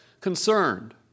concerned